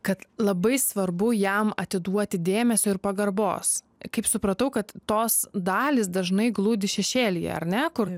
kad labai svarbu jam atiduoti dėmesio ir pagarbos kaip supratau kad tos dalys dažnai glūdi šešėlyje ar ne kur